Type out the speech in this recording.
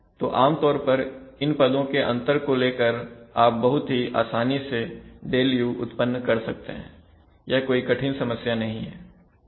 तो आमतौर पर इन पदों के अंतर को लेकर आप बहुत ही आसानी से Δu उत्पन्न कर सकते हैंयह कोई कठिन समस्या नहीं है